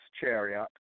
chariot